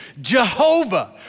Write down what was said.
Jehovah